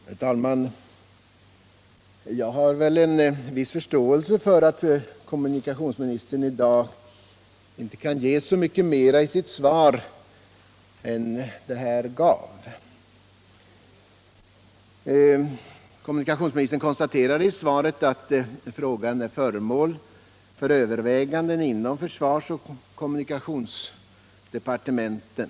Herr talman! Jag har väl en viss förståelse för att kommunikationsministern i dag inte kan ge så mycket mera i sitt svar än vad han gjort. Kommunikationsministern konstaterar i svaret att frågan är föremål för överväganden inom försvarsoch kommunikationsdepartementen.